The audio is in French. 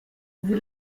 vous